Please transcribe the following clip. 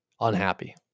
unhappy